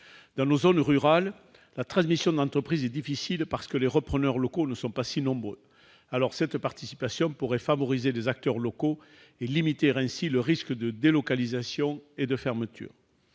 Dans nos zones rurales, la transmission d'entreprise est difficile parce que les repreneurs locaux ne sont pas si nombreux. Alors, cette participation pourrait favoriser les acteurs locaux et limiter ainsi les risques de délocalisation et de fermeture.